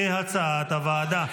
כהצעת הוועדה.